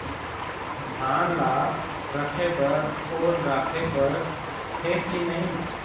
धान ला रखे बर ओल राखे बर हे कि नई?